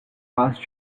passed